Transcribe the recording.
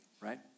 right